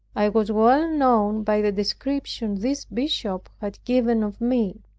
i was well known by the description this bishop had given of me.